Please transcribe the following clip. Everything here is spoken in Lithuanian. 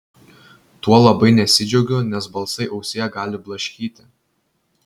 tuo labai nesidžiaugiu nes balsai ausyje gali blaškyti